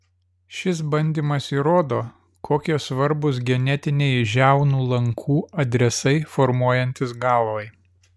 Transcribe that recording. šis bandymas įrodo kokie svarbūs genetiniai žiaunų lankų adresai formuojantis galvai